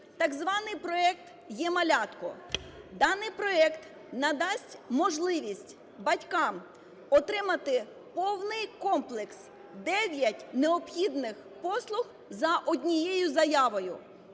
так званий проект "е-малятко". Даний проект надасть можливість батькам отримати повний комплекс – 9 необхідних послуг – за однією заявою.